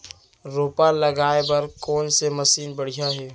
रोपा लगाए बर कोन से मशीन बढ़िया हे?